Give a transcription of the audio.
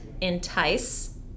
entice